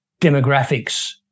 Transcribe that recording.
demographics